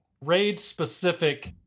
raid-specific